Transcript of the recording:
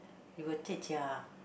you will take their